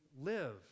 live